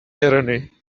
irony